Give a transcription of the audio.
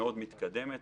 מתקדם מאוד.